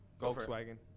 Volkswagen